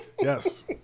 yes